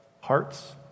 hearts